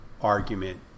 argument